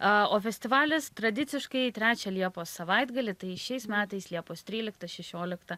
a festivalis tradiciškai trečią liepos savaitgalį tai šiais metais liepos tryliktą šešioliktą